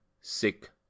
sick